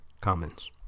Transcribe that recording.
comments